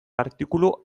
artikulu